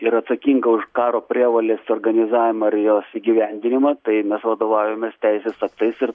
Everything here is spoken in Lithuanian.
yra atsakinga už karo prievolės organizavimą ir jos įgyvendinimą tai mes vadovaujamės teisės aktais ir